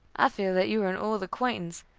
i feel that you are an old acquaintance,